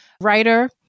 writer